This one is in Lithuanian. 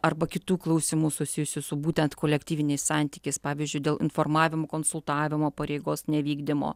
arba kitų klausimų susijusių su būtent kolektyviniais santykis pavyzdžiui dėl informavimo konsultavimo pareigos nevykdymo